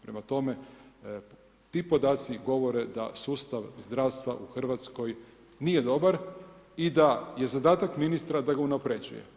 Prema tome, ti podaci govore da sustav zdravstva u Hrvatskoj nije dobar i da je zadatak ministra da ga unapređuje.